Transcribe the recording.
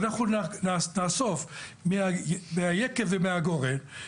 אנחנו נאסוף מן היקב ומן הגורן,